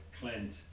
Clint